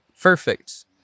perfect